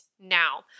now